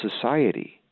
society